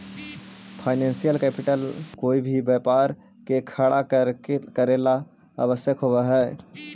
financial capital कोई भी व्यापार के खड़ा करेला ला आवश्यक होवऽ हई